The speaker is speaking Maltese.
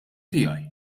tiegħi